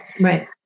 Right